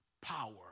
power